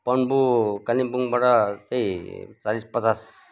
पन्बू कालिम्पोङबाट त्यही चालिस पचास